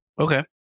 Okay